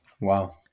Wow